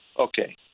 Okay